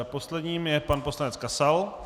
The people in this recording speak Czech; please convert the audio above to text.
Posledním je pan poslanec Kasal.